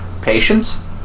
Patience